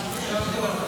יישר כוח.